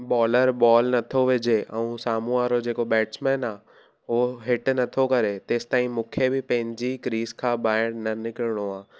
bowler ball नथो विझे ऐं साम्हूं वारो जेको बैट्समैन आहे हो हेठि नथो करे तेसिताईं मूंखे बि पंहिंजी क्रीज खां ॿाहिरि न निकिरिणो आहे